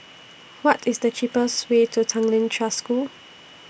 What IS The cheapest Way to Tanglin Trust School